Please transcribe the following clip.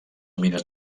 mines